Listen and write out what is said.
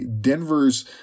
Denver's